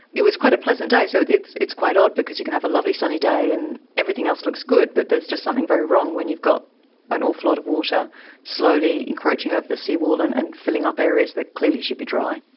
it was quite a pleasant day, so it's it's quite odd, because you can have a lovely sunny day and everything else looks good, but there's just something very wrong when you've got an awful lot of water slowly encroaching over the seawall and and filling up areas that clearly should be dry.